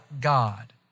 God